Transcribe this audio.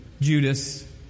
Judas